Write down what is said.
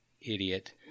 idiot